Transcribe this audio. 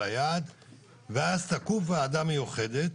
ואז תקום ועדה מיוחדת